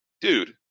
Dude